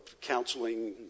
counseling